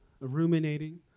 ruminating